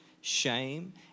shame